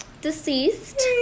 deceased